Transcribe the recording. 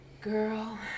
Girl